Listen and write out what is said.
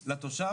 לתושב.